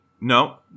No